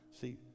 See